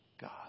God